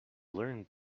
learned